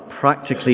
practically